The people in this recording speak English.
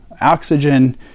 oxygen